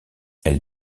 elle